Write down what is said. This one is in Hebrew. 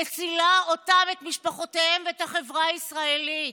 מצילה את משפחותיהם ואת החברה הישראלית.